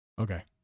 okay